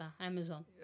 Amazon